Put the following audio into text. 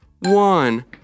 one